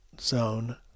zone